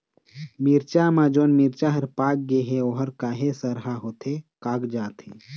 मिरचा म जोन मिरचा हर पाक गे हे ओहर काहे सरहा होथे कागजात हे?